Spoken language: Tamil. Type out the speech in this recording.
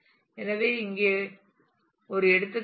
எனவே இது இங்கே ஒரு எடுத்துக்காட்டு